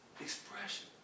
expression